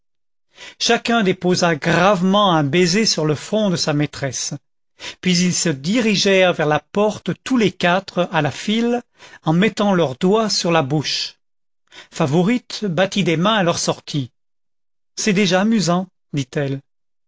chacun déposa gravement un baiser sur le front de sa maîtresse puis ils se dirigèrent vers la porte tous les quatre à la file en mettant leur doigt sur la bouche favourite battit des mains à leur sortie c'est déjà amusant dit-elle